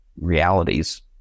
realities